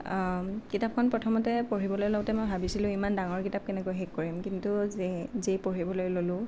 কিতাপখন প্ৰথমতে পঢ়িবলৈ লওঁতে মই ভাবিছিলোঁ ইমান ডাঙৰ কিতাপ কেনেকৈ শেষ কৰিম কিন্তু যি যিয়ে পঢ়িবলৈ ললোঁ